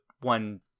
one